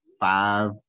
five